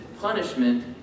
punishment